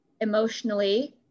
emotionally